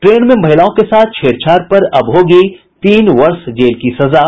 train में महिलाओं के साथ छेड़छाड़ पर अब होगी तीन वर्ष जेल की सजा